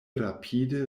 rapide